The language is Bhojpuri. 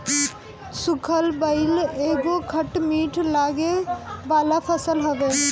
सुखल बइर एगो खट मीठ लागे वाला फल हवे